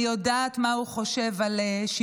אני יודעת מה הוא חושב על הרב אילון ויס.